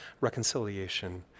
reconciliation